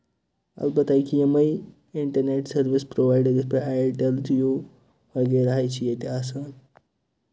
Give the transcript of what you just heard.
اَلبتہٕ یہِ کہِ یِمَے اِنٹرنیٹ سٔروِس پرُوایڈر یِتھٕ پٲٹھۍ اَیرٹیٚل جِیو وغیرہ چھِ ییٚتہِ آسان